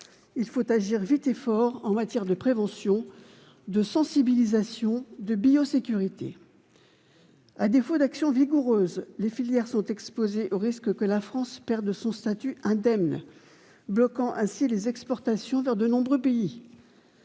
Il faut agir vite et fort en matière de prévention, de sensibilisation, de biosécurité. À défaut d'actions vigoureuses, les filières sont exposées au risque que la France perde son statut indemne, ce qui bloquerait les exportations vers de nombreux pays.